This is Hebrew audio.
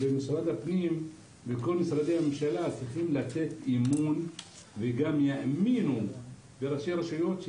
משרד הפנים וכל משרדי הממשלה צריכים לתת אמון בראשי הרשויות,